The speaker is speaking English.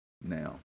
now